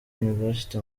university